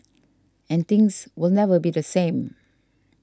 and things will never be the same